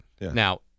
Now